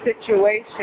situation